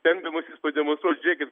stengdamasis pademonstruot žiūrėkit